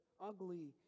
ugly